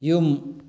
ꯌꯨꯝ